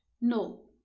no